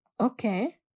Okay